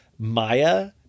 Maya